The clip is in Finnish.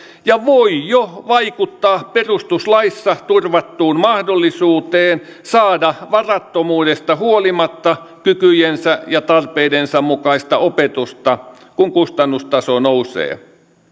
ja voi jo vaikuttaa perustuslaissa turvattuun mahdollisuuteen saada varattomuudesta huolimatta kykyjensä ja tarpeidensa mukaista opetusta kun kustannustaso nousee